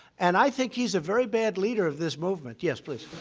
and i think he's a very bad leader of this movement. yes, please.